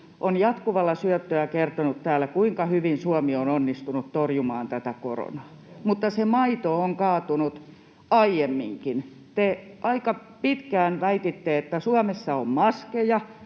jatkuvalla syötöllä kertonut täällä, kuinka hyvin Suomi on onnistunut torjumaan tätä koronaa, mutta se maito on kaatunut aiemminkin. Te aika pitkään väititte, että Suomessa on maskeja,